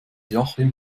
joachim